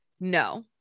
No